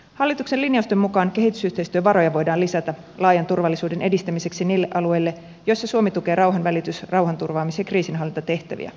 hallituksen linjausten mukaan kehitysyhteistyövaroja voidaan lisätä laajan turvallisuuden edistämiseksi niille alueille missä suomi tukee rauhanvälitys rauhanturvaamis ja kriisinhallintatehtäviä